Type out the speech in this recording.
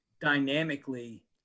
dynamically